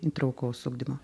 įtraukaus ugdymo